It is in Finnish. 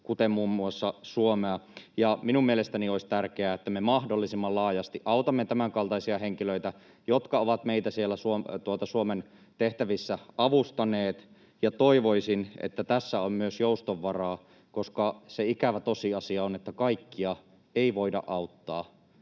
kuten muun muassa Suomea. Minun mielestäni olisi tärkeää, että me mahdollisimman laajasti autamme tämänkaltaisia henkilöitä, jotka ovat meitä siellä Suomen tehtävissä avustaneet. Ja toivoisin, että tässä on myös jouston varaa, koska se ikävä tosiasia on, että kaikkia ei voida auttaa